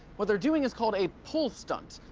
what they're doing is called a pull stunt.